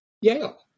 Yale